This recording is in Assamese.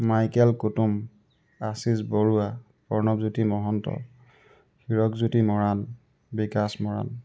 মাইকেল কুতুম আশীষ বৰুৱা প্ৰণৱজ্যোতি মহন্ত হিৰকজ্য়োতি মৰাণ বিকাশ মৰাণ